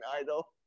Idol